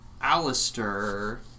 Alistair